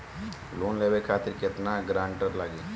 Loan लेवे खातिर केतना ग्रानटर लागी?